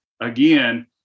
Again